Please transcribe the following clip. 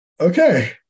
Okay